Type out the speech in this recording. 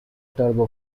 turbo